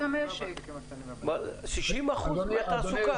60%. 60% מהתעסוקה.